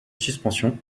suspension